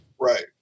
right